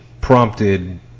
prompted